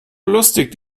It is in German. lustig